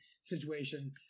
situation